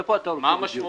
איפה אתה רוצה בדיוק?